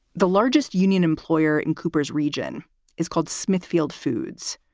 the largest union employer in cooper's region is called smithfield foods.